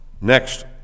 next